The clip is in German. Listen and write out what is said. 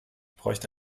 bräuchte